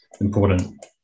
important